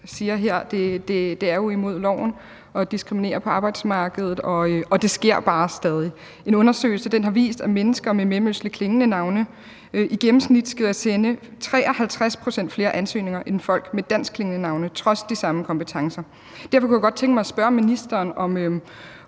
siger her, er det imod loven at diskriminere på arbejdsmarkedet, og det sker bare stadig. En undersøgelse har vist, at mennesker med mellemøstligt klingende navne i gennemsnit skal sende 53 pct. flere ansøgninger end folk med danskklingende navne trods de samme kompetencer. Derfor kunne jeg godt tænke mig at spørge ministeren, om